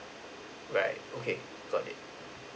right okay got it